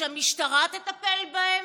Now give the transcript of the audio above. שהמשטרה תטפל בהם,